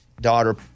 daughter